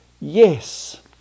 yes